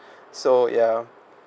so ya